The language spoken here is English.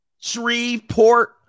Shreveport